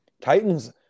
Titans